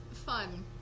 fun